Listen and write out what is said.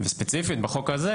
וספציפית בחוק הזה,